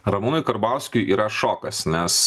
ramūnui karbauskiui yra šokas nes